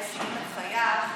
אולי סיים את חייו,